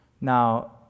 Now